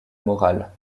morale